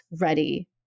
ready